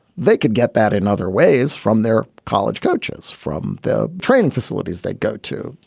they could get that in other ways from their college coaches, from the training facilities they go to.